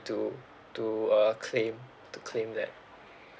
to to uh claim to claim that